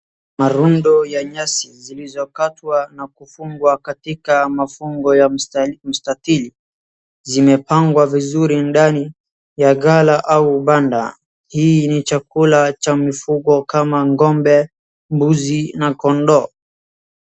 Marundo ya nyasi zilizokatwa na kufungwa katika mafungo ya mstatili. Zimepangwa vizuri ndani ya gala au banda. Hii ni chakula cha mifugo kama ng'ombe, mbuzi na kondoo.